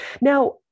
now